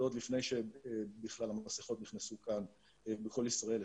זה עוד לפני שבכלל המסיכות נכנסו לתוקף בכל ישראל.